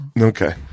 Okay